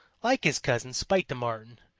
like his cousin, spite the marten,